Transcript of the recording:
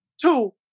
Two